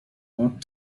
what